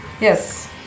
Yes